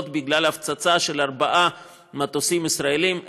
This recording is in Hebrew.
בגלל הפצצה של ארבעה מטוסים ישראליים.